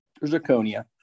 zirconia